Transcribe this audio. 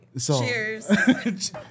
Cheers